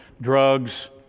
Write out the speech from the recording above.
drugs